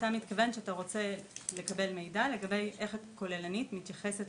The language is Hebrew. אז אתה מתכוון שאתה רוצה לקבל מידע לגבי איך התוכנית הכוללנית מתייחסת